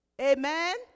amen